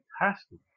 fantastic